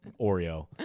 Oreo